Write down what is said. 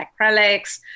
acrylics